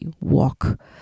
walk